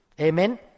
Amen